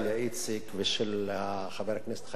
חבר הכנסת חיים כץ היא הצעת חוק טובה.